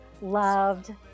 loved